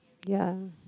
ya